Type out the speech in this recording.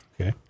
Okay